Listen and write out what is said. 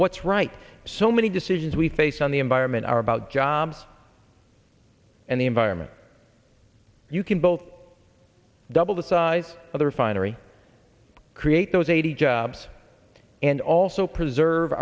what's right so many decisions we face on the environment are about jobs and the environment you can both double the size of the refinery create those eighty jobs and also